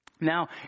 Now